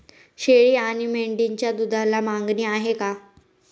शेळी आणि मेंढीच्या दूधाला मागणी आहे का?